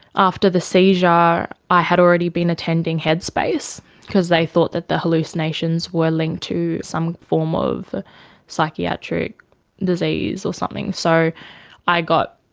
after the seizure i had already been attending headspace because they thought that the hallucinations were linked to some form of psychiatric disease or something. so i got,